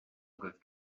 agaibh